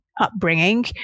upbringing